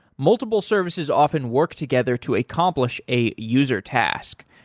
multiple services often work together to accomplish a user task.